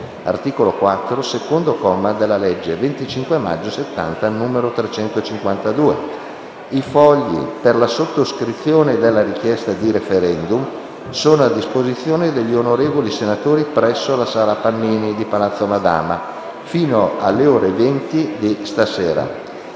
(articolo 4, secondo comma, della legge 25 maggio 1970, n. 352). I fogli per la sottoscrizione della richiesta di *referendum* sono a disposizione degli onorevoli senatori presso la Sala Pannini di Palazzo Madama fino alle ore 20 di stasera.